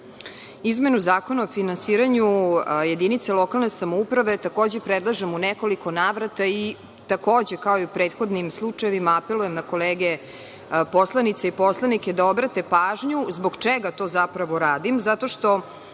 Izmenu Zakona o finansiranju jedinica lokalne samouprave takođe predlažem u nekoliko navrata i takođe kao i u prethodnim slučajevima apelujem na kolege poslanice i poslanike da obrate pažnju zbog čega to zapravo radim,